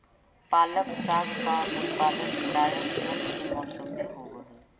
पालक साग का उत्पादन प्रायः ठंड के मौसम में होव हई